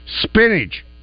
spinach